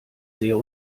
sehr